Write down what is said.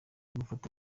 gufata